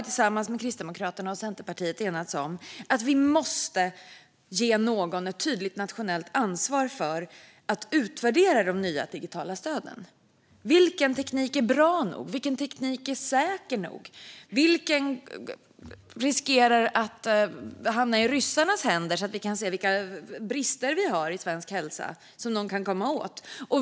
Tillsammans med Kristdemokraterna och Centerpartiet har vi enats om att vi måste ge någon ett tydligt nationellt ansvar för att utvärdera de nya digitala stöden. Vilken teknik är bra nog? Vilken teknik är säker nog? Vilken teknik riskerar att hamna i ryssarnas händer, så att de kan komma åt vilka brister vi har i svensk hälsa?